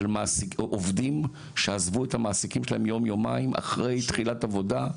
עובדים שעזבו את המעסיקים שלנו יום-יומיים אחרי תחילת עבודה.